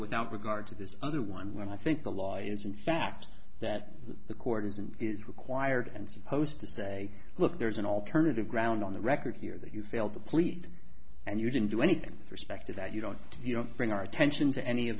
without regard to this other one when i think the law is in fact that the court isn't required and supposed to say look there's an alternative ground on the record here that you failed the police and you didn't do anything with respect to that you don't you don't bring our attention to any of